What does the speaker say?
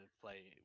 play